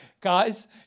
Guys